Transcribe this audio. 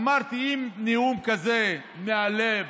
אמרתי: אם נאום כזה, מהלב,